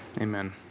Amen